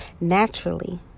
naturally